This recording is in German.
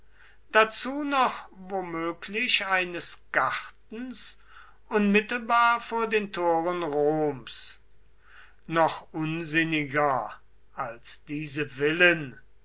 dazu noch womöglich eines gartens unmittelbar vor den toren roms noch unsinniger als diese villen